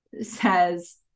says